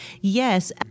Yes